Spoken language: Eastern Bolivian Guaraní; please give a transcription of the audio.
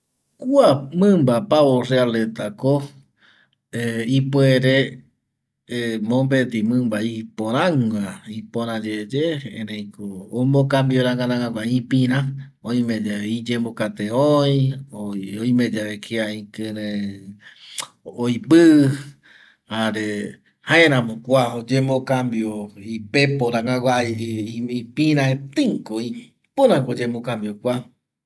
kua mƗmba pavorreal retako ipuere mopeti mƗmba ipöragueva, ipöra yeye ereiko ombocambio ranga rangagua ipïra oime yave iyembokate öi oime yave kia ikƗrei oipƗ jare jaeramo kua oyembocambio ipepo rangagua ipiraeteiko ipörako oyembocambio kua